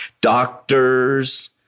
Doctors